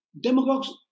Demagogues